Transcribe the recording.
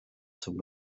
zum